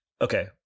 okay